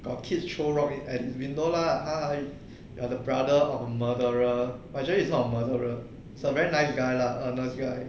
got kid throw rocks it at window lah you are the brother of a murderer but actually he's not a murderer he's a very nice guy lah honest guy